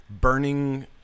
burning